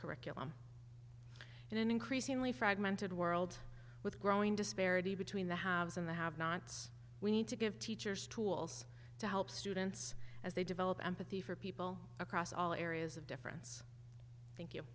curriculum in an increasingly fragmented world with growing disparity between the haves and the have nots we need to give teachers tools to help students as they develop empathy for people across all areas of different thank you